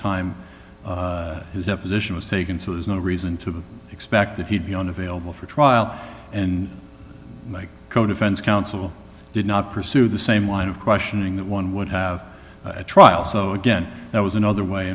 time his deposition was taken so there's no reason to expect that he'd be unavailable for trial and co defense counsel did not pursue the same line of questioning that one would have at trial so again that was another way